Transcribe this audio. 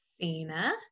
Sina